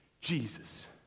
Jesus